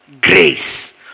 grace